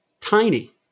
tiny